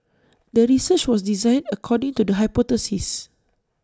the research was designed according to the hypothesis